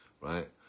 right